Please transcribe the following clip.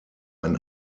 ein